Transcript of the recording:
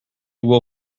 will